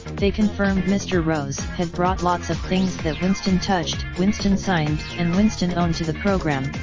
they confirmed mr rose had brought lots of things that winston touched, winston signed and winston owned to the programme,